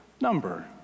number